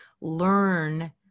learn